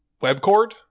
Webcord